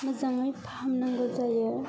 मोजाङै फाहामनांगौ जायो